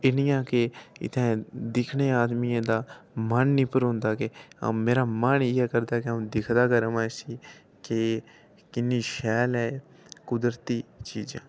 इन्नियां के इत्थै दिक्खने आदमियें दा मन नीं भरोंदा के मेरा मन इ'यै करदा केह्अ 'ऊं दिखदा गै र'वां इसी इन्नी शैल न कुदरती चीजां